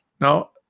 now